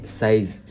size